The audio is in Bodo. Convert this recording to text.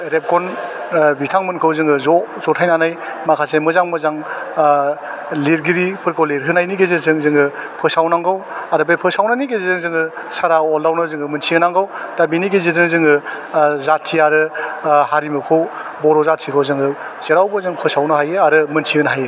रेबगन बिथांमोनखौ जोङो ज' जथाइनानै माखासे मोजां मोजां लिरगिरिफोरखौ लिरहोनायनि गेजेरजों जोङो फोसावनांगौ आरो बे फोसावनायनि गेजेरजों जोङो सारा वाल्डआवनो जोङो मोनथिहोनांगौ दा बेनि गेजेरजों जोङो जाथि आरो हारिमुखौ बर' जाथिखौ जोङो जेरावबो जोङो फोसावनो हायो आरो मोनथिहोनो हायो